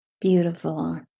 Beautiful